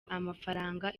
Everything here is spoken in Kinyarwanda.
amafaranga